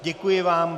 Děkuji vám.